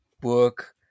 book